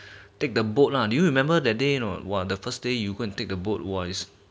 take the boat lah do you remember that day not !wah! the first day you go take the boat was